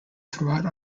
throughout